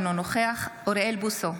אינו נוכח אוריאל בוסו,